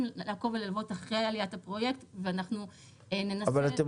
לעקוב וללוות אחרי עליית הפרויקט ואנחנו ננסה --- אבל אתם